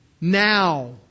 now